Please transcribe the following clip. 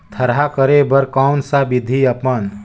थरहा करे बर कौन सा विधि अपन?